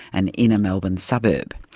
an inner-melbourne suburb.